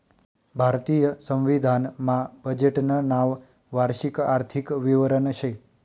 भारतीय संविधान मा बजेटनं नाव वार्षिक आर्थिक विवरण शे